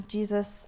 Jesus